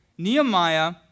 Nehemiah